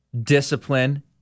discipline